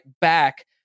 back